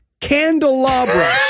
candelabra